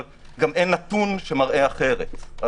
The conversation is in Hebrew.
אבל גם אין נתון שמראה אחרת.